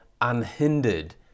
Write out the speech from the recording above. Unhindered